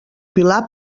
pilar